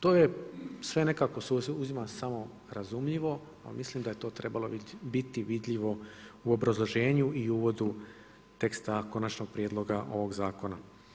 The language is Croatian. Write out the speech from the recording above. To se sve nekako uzima samo razumljivo, ali mislim da je to trebalo biti vidljivo u obrazloženju i uvodu teksta konačnog prijedloga ovoga zakona.